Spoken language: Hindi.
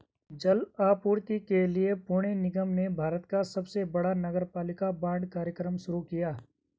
जल आपूर्ति के लिए पुणे निगम ने भारत का सबसे बड़ा नगरपालिका बांड कार्यक्रम शुरू किया